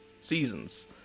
seasons